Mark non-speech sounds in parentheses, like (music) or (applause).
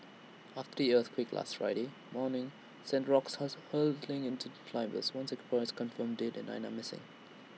after the earthquake last Friday morning sent rocks (unintelligible) hurtling into climbers one Singaporean is confirmed dead and nine are missing